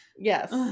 Yes